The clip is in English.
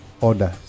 orders